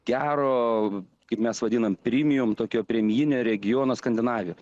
gero kaip mes vadiname rymojome tokia primynė regiono skandinavijoje